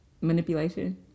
manipulation